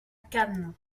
cannes